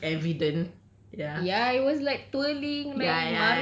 because his misai was the most evident ya